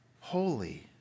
holy